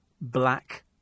Black